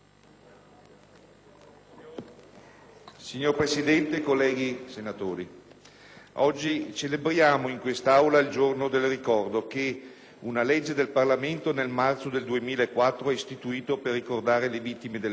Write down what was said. Signor Presidente, colleghi senatori, oggi celebriamo in quest'Aula il Giorno del ricordo che una legge del Parlamento nel marzo 2004 ha istituito per ricordare le vittime delle foibe,